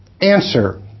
Answer